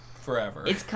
Forever